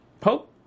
Pope